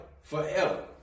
Forever